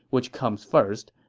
which comes first,